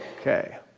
Okay